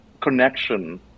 connection